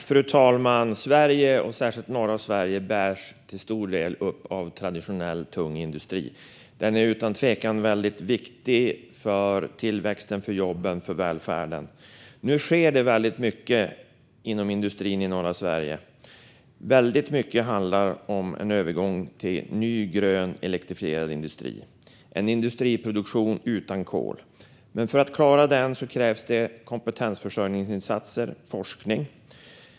Fru talman! Sverige och särskilt norra Sverige bärs till stor del upp av traditionell tung industri. Den är utan tvekan viktig för tillväxten, jobben och välfärden. Nu sker mycket inom industrin i norra Sverige. Mycket handlar om en övergång till ny, grön och elektrifierad industri och en industriproduktion utan kol. För att klara detta krävs kompetensförsörjningsinsatser och forskning.